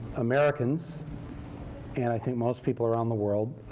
americans and i think most people around the world,